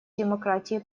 демократии